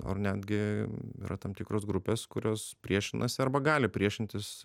ar netgi yra tam tikros grupės kurios priešinasi arba gali priešintis